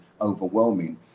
overwhelming